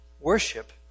Worship